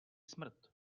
smrt